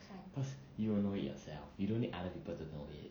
because you will know it yourself you don't need other people to know it